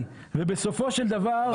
בוודאי, ובסופו של דבר התיק נגדה נסגר.